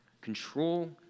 Control